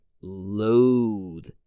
Loathe